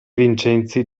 vincenzi